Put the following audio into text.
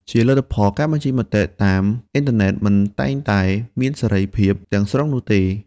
ជាលទ្ធផល ការបញ្ចេញមតិតាមអ៊ីនធឺណិតមិនតែងតែមានសេរីភាពទាំងស្រុងនោះទេ។